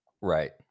right